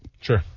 Sure